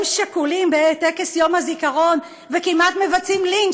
שכולים בטקס יום הזיכרון וכמעט מבצעים לינץ',